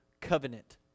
covenant